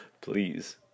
Please